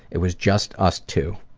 it was just us two.